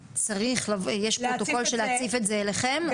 האם יש פרוטוקול להציף את זה אליכם?